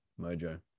mojo